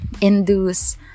induce